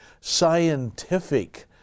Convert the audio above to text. scientific